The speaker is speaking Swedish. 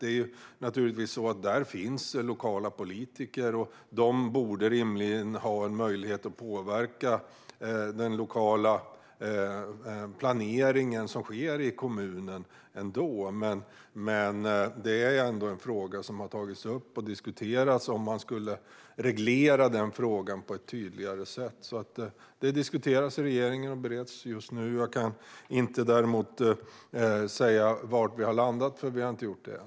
Det är naturligtvis så att där finns lokala politiker som rimligen borde ha en möjlighet att påverka den lokala planering som sker i kommunen. Man har dock tagit upp diskussionen om man skulle reglera den frågan på ett tydligare sätt. Detta diskuteras alltså i regeringen och bereds just nu. Jag kan däremot inte säga var vi har landat, för vi har inte landat än.